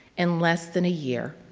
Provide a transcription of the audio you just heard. in less than a year,